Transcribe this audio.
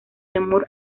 temor